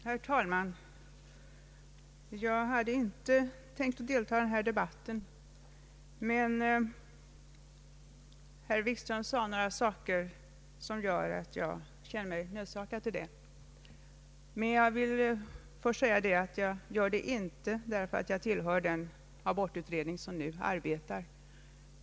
Herr talman! Jag hade inte tänkt delta i denna debatt, men herr Wikström sade några saker som gör att jag känner mig nödsakad till det. Jag vill då först säga att jag inte gör det därför att jag tillhör den abortutredning som nu arbetar.